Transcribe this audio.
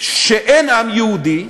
שאין עם יהודי,